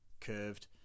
curved